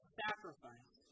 sacrifice